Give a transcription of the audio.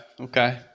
Okay